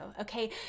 Okay